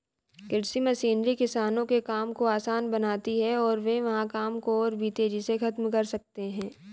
कृषि मशीनरी किसानों के काम को आसान बनाती है और वे वहां काम को और भी तेजी से खत्म कर सकते हैं